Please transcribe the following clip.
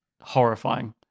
horrifying